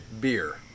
beer